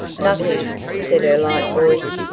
nothing, said her light voice.